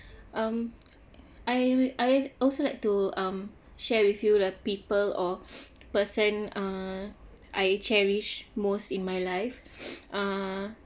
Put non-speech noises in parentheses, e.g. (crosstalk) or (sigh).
um I I also like to um share with you lah people or (noise) person uh I cherish most in my life (noise) uh